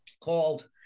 called